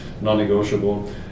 non-negotiable